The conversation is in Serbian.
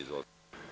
Izvolite.